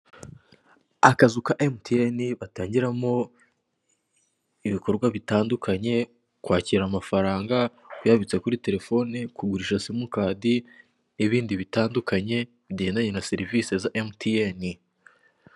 Akazu ka MTN batangiramo ibikorwa bitandukanye, kwakira amafaranga, kuyabitsa kuri telefoni, kugurisha simukadi n'ibindi bitandukanye bigendanye na serivisi za MTN.